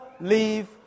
leave